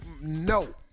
No